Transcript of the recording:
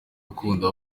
ukunda